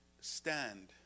stand